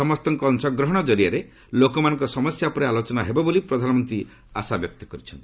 ସମସ୍ତଙ୍କ ଅଂଶଗ୍ରହଣ ଜରିଆରେ ଲୋକମାନଙ୍କ ସମସ୍ୟା ଉପରେ ଆଲୋଚନା ହେବ ବୋଲି ପ୍ରଧାନମନ୍ତ୍ରୀ ଆଶା ବ୍ୟକ୍ତ କରିଚ୍ଚନ୍ତି